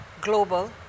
global